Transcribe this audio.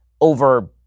over